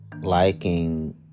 liking